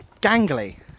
Gangly